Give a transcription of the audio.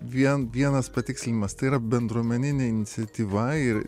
vien vienas patikslinimas tai yra bendruomeninė iniciatyva ir